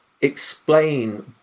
explain